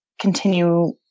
continue